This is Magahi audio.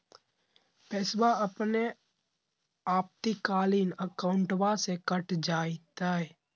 पैस्वा अपने आपातकालीन अकाउंटबा से कट जयते?